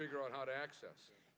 figure out how to access